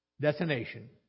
destination